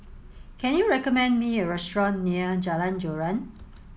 can you recommend me a restaurant near Jalan Joran